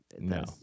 No